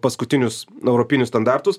paskutinius europinius standartus